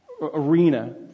arena